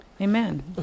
Amen